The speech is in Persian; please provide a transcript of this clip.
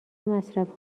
مصرف